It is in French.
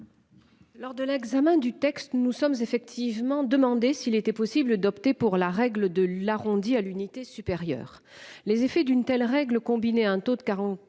Lors de l'examen du texte. Nous sommes effectivement demandé s'il était possible d'opter pour la règle de l'arrondi à l'unité supérieure. Les effets d'une telle règle combiné un taux de 45%